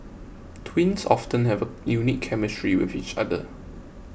twins often have a unique chemistry with each other